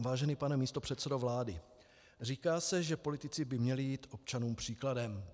Vážený pane místopředsedo vlády, říká se, že politici by měli jít občanům příkladem.